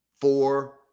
four